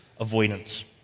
avoidance